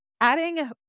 adding